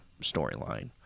storyline